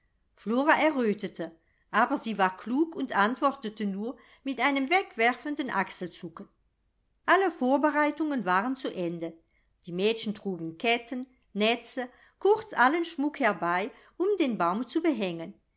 flora errötete aber sie war klug und antwortete nur mit einem wegwerfenden achselzucken alle vorbereitungen waren zu ende die mädchen trugen ketten netze kurz allen schmuck herbei um den baum zu behängen